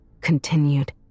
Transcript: continued